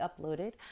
uploaded